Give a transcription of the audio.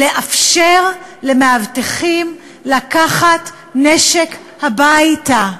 לאפשר למאבטחים לקחת נשק הביתה.